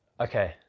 Okay